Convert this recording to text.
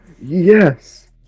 Yes